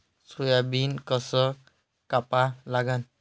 Soybean कस कापा लागन?